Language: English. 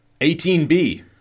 18B